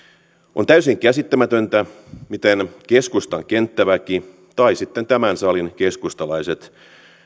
on täysin käsittämätöntä miten keskustan kenttäväki tai sitten tämän salin keskustalaiset